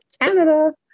Canada